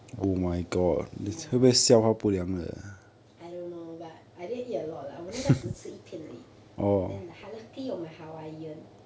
ya I don't know but I didn't eat a lot lah 我那个只吃一片而已 then lucky 有买 hawaiian